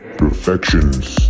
Perfections